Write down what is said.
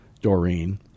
Doreen